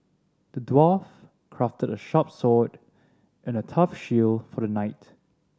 the dwarf crafted a sharp sword and a tough shield for the knight